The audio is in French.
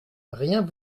rien